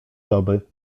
doby